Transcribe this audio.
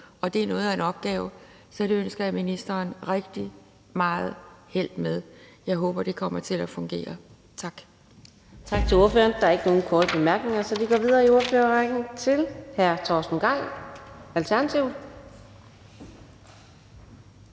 og det er noget af en opgave. Så det ønsker jeg ministeren rigtig meget held med. Jeg håber, at det kommer til at fungere. Tak.